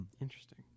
Interesting